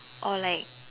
or like